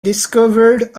discovered